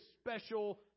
special